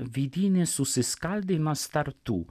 vidinis susiskaldymas tarp tų